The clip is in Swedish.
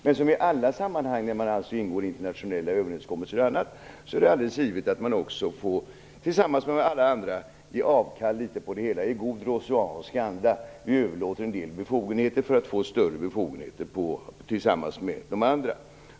Men som i alla sammanhang när man ingår internationella överenskommelser är det alldeles givet att man också tillsammans med alla andra får ge avkall på vissa delar i god rousseauansk anda. Vi överlåter en del befogenheter för att få större befogenheter tillsammans med de andra.